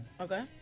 Okay